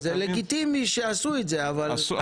זה לגיטימי שעשו את זה אבל.